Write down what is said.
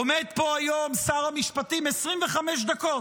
עומד פה היום שר המשפטים 25 דקות,